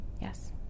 Yes